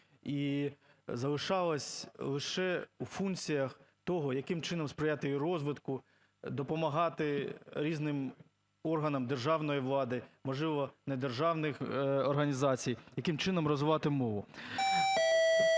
і залишалася лише у функціях того, яким чином сприяти її розвитку, допомагати різним органам державної влади, можливо, недержавних організацій, яким чином розвивати мову.